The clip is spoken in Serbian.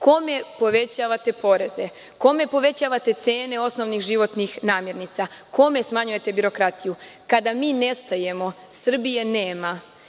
kome povećavate poreze, kome povećavate cene osnovnih životnih namirnica, kome smanjujete birokratiju, kada mi nestajemo? Srbije nema